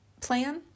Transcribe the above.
plan